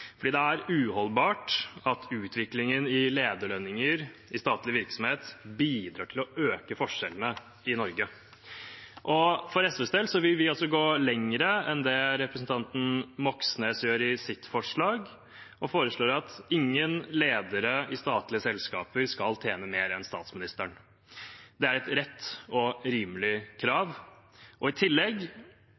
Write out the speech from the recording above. Det er uholdbart at utviklingen i lederlønninger i statlig virksomhet bidrar til å øke forskjellene i Norge. For SVs del vil vi gå lenger enn det representanten Moxnes gjør i sitt forslag, og foreslår at ingen ledere i statlige selskaper skal tjene mer enn statsministeren. Det er et rett og rimelig krav. I tillegg